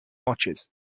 watches